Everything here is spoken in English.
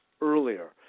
earlier